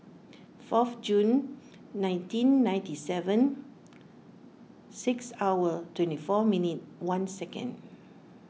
fourth June nineteen ninety seven six hour twenty four minute one second